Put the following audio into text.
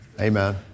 Amen